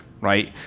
right